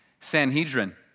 Sanhedrin